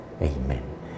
Amen